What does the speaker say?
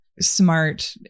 smart